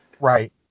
Right